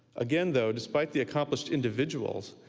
again, though, despite the accomplished individuals,